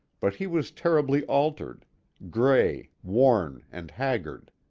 but he was terribly altered gray, worn and haggard.